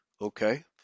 Okay